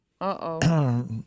Uh-oh